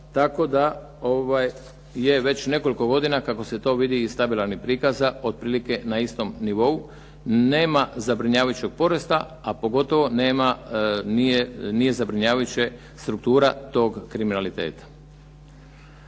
tako da je već nekoliko godina kako se to vidi stabilan iz prikaza otprilike na istom nivou nema zabrinjavajućeg porasta a pogotovo nije zabrinjavajuće struktura tog kriminaliteta.